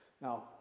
Now